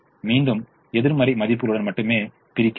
மீண்டும் எதிர்மறை மதிப்புகளுடன் மட்டுமே பிரிக்கிறோம்